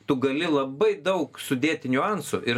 tu gali labai daug sudėti niuansų ir